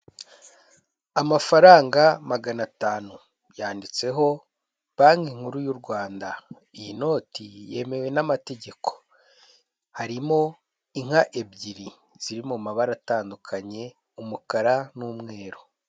Amafaranga magana atanu, yanditseho banki nkuru y'u Rwanda, iyi noti yemewe n'amategeko, harimo inka ebyiri ziri mu mabara atandukanye umukara n'umweru.